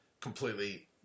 completely